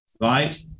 right